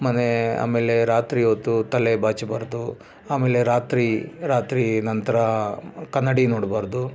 ಮನೆ ಆಮೇಲೆ ರಾತ್ರಿ ಹೊತ್ತು ತಲೆ ಬಾಚಬಾರ್ದು ಆಮೇಲೆ ರಾತ್ರಿ ರಾತ್ರಿ ನಂತ್ರ ಕನ್ನಡಿ ನೋಡಬಾರ್ದು